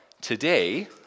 today